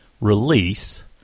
release